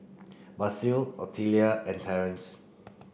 Basil Otelia and Terrance